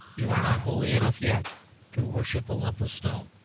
you are not holy enough yet to worship a lump of stone.